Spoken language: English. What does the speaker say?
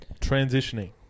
transitioning